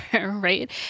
right